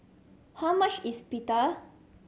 how much is Pita